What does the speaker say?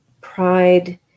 pride